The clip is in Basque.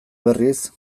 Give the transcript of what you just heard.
berriz